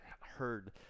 heard